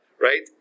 right